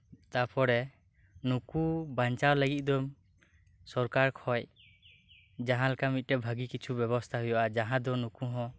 ᱛᱟᱯᱚᱨᱮ ᱱᱩᱠᱩ ᱵᱟᱧᱪᱟᱣ ᱞᱟᱹᱜᱤᱫ ᱫᱚ ᱥᱚᱨᱠᱟᱨ ᱠᱷᱚᱡ ᱡᱟᱦᱟᱸᱞᱮᱠᱟ ᱢᱤᱫᱽᱴᱮᱡ ᱵᱷᱟᱹᱜᱤ ᱠᱤᱪᱷᱩ ᱵᱮᱵᱚᱥᱛᱟ ᱦᱩᱭᱩᱜ ᱟ ᱡᱟᱸᱦᱟ ᱫᱚ ᱱᱩᱠᱩ ᱦᱚᱸ